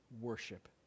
worship